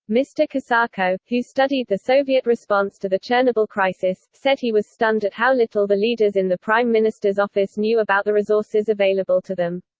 mr. kosako, who studied the soviet response to the chernobyl crisis, said he was stunned at how little the leaders in the prime minister's office knew about the resources available to them.